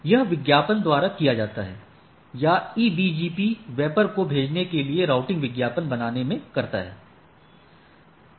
यह विज्ञापन द्वारा किया जाता है या EBGP वेपर को भेजने के लिए राउटिंग विज्ञापन बनाने में करता है